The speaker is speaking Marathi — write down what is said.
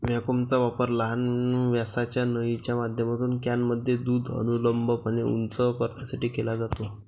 व्हॅक्यूमचा वापर लहान व्यासाच्या नळीच्या माध्यमातून कॅनमध्ये दूध अनुलंबपणे उंच करण्यासाठी केला जातो